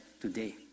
today